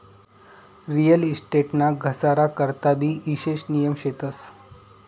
real estate ना घसारा करता भी ईशेष नियम शेतस